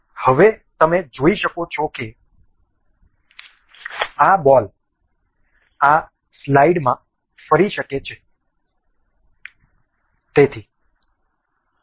તેથી હવે તમે જોઈ શકો છો કે આ બોલ આ સ્લાઇડમાં ફરી શકે છે